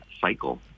cycle